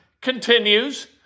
continues